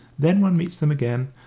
then one meets them again,